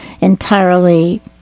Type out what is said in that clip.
entirely